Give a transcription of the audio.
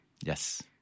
Yes